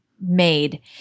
made